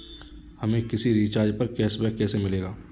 हमें किसी रिचार्ज पर कैशबैक कैसे मिलेगा?